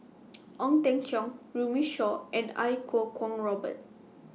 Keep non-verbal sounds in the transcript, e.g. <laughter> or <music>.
<noise> Ong Teng Cheong Runme Shaw and Iau Kuo Kwong Robert